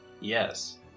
Yes